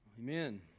Amen